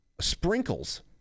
sprinkles